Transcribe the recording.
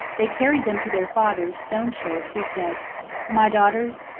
they carried them to their father, stone shirt, who said my daughters,